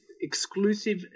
exclusive